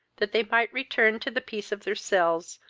that they might return to the peace of their cells,